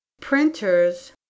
printers